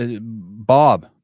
Bob